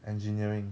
engineering